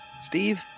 Steve